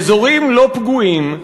באזורים לא פגועים.